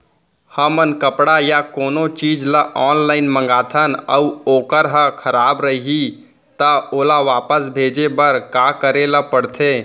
हमन कपड़ा या कोनो चीज ल ऑनलाइन मँगाथन अऊ वोकर ह खराब रहिये ता ओला वापस भेजे बर का करे ल पढ़थे?